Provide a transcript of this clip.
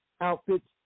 outfits